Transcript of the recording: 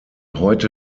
heute